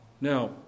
Now